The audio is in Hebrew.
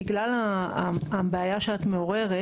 בגלל הבעיה שאת מעוררת,